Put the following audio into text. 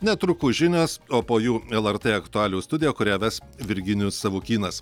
netrukus žinios o po jų lrt aktualijų studija kurią ves virginijus savukynas